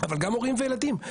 אבל גם הורים וילדים.